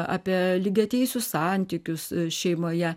apie lygiateisius santykius šeimoje